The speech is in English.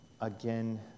again